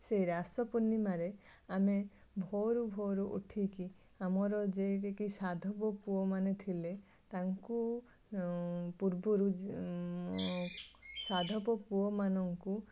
ସେ ରାସ ପୂର୍ଣ୍ଣିମାରେ ଆମେ ଭୋରୁ ଭୋରୁ ଉଠିକି ଆମର ସାଧବ ପୁଅମାନେ ଥିଲେ ତାଙ୍କୁ ପୂର୍ବରୁ ସାଧବ ପୁଅମାନଙ୍କୁ